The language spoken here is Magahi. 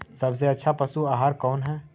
सबसे अच्छा पशु आहार कौन है?